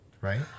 Right